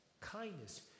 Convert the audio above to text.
kindness